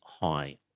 high